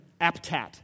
APTAT